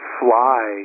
fly